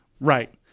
Right